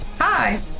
Hi